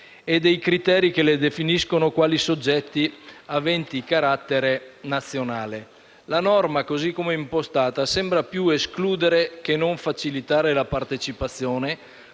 e dei criteri che le definiscono quali soggetti aventi carattere nazionale. La norma, così come impostata, sembra più escludere che facilitare la partecipazione,